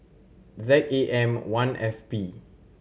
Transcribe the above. Z A M One F P